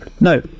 no